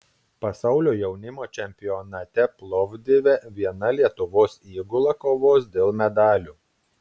pasaulio jaunimo čempionate plovdive viena lietuvos įgula kovos dėl medalių